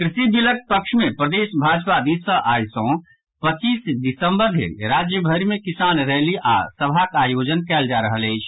कृषि बिलक पक्ष मे प्रदेश भाजपा दिस सँ आई सँ पच्चीस दिसम्बर धरि राज्यभरि मे किसान रैली आओर सभाक आयोजन कयल जा रहल अछि